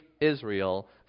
Israel